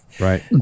Right